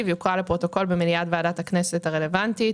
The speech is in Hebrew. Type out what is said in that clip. יוקרא לפרוטוקול במליאת ועדת הכנסת הרלוונטית.